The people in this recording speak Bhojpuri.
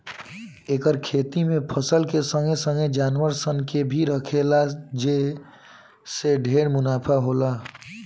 एकर खेती में फसल के संगे संगे जानवर सन के भी राखला जे से ढेरे मुनाफा होला